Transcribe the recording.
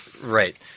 right